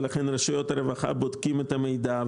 רשויות הרווחה בודקות את המידע,